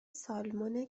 سالمون